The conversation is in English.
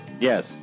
Yes